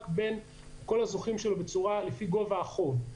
בין כל הזוכים שלו לפי גובה החוב.